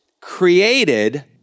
created